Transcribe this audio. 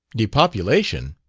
depopulation?